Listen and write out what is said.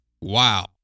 Wow